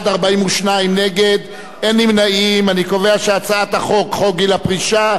אני קובע שהצעת החוק גיל פרישה (שינוי גיל הפרישה לעובדים בענף הבנייה),